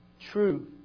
True